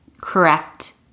correct